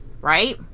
right